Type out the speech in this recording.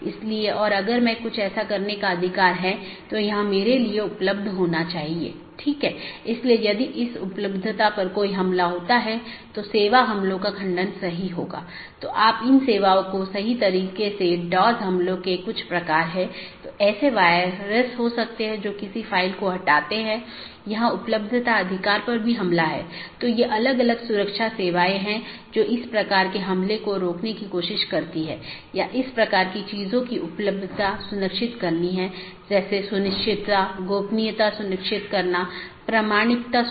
इसलिए पथ का वर्णन करने और उसका मूल्यांकन करने के लिए कई पथ विशेषताओं का उपयोग किया जाता है और राउटिंग कि जानकारी तथा पथ विशेषताएं साथियों के साथ आदान प्रदान करते हैं इसलिए जब कोई BGP राउटर किसी मार्ग की सलाह देता है तो वह मार्ग विशेषताओं को किसी सहकर्मी को विज्ञापन देने से पहले संशोधित करता है